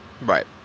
Right